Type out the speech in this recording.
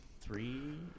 three